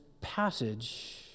passage